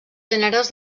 gèneres